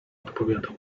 odpowiadał